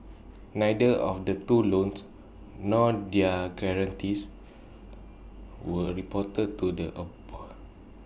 neither of the two loans nor their guarantees were reported to the A board